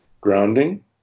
grounding